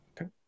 Okay